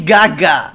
Gaga